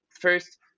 First